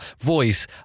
voice